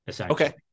okay